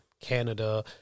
Canada